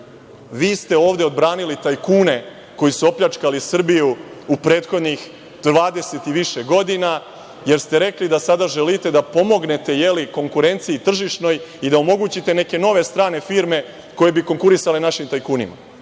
vi ste ovde odbranili tajkune koji su opljačkali Srbiju u prethodnih dvadeset i više godina, jer ste rekli da sada želite da pomognete tržišnoj konkurenciji i da omogućite neke nove strane firme koje bi konkurisale našim tajkunima.